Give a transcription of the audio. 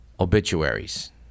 obituaries